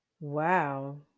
Wow